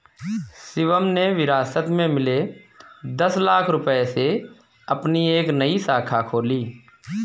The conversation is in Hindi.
शिवम ने विरासत में मिले दस लाख रूपए से अपनी एक नई शाखा खोली